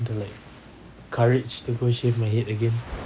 the like courage to go shave my head again